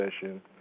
session